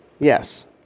Yes